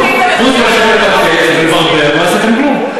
חוץ מאשר לדבר ולברבר לא עשיתם כלום,